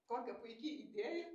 kokia puiki idėja